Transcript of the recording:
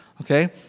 okay